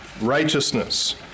righteousness